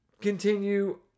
continue